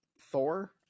Thor